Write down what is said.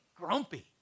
grumpy